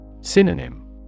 Synonym